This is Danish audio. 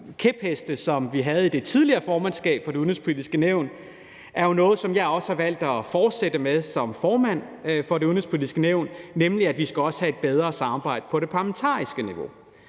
kæpheste, som vi havde i det tidligere formandskab for Det Udenrigspolitiske Nævn, er noget, som jeg også har valgt at fortsætte med som formand for Det Udenrigspolitiske Nævn, nemlig at vi også skal have et bedre samarbejde på det parlamentariske niveau.